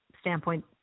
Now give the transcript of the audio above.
standpoint